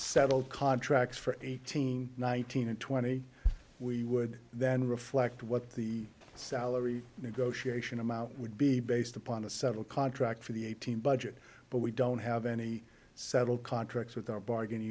settled contracts for eighteen nineteen and twenty we would then reflect what the salary negotiation amount would be based upon a several contract for the eighteen budget but we don't have any settled contracts with our bargain